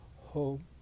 Home